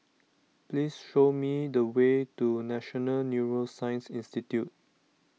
please show me the way to National Neuroscience Institute